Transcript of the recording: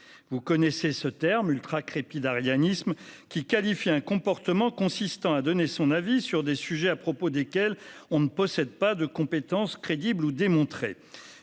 Vous connaissez ce terme, qui qualifie un comportement consistant à donner son avis sur des sujets à propos desquels on ne possède pas de compétence crédible ou démontrée.